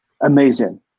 Amazing